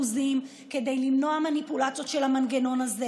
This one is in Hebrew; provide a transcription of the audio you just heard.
כדי למנוע מניפולציות של המנגנון הזה.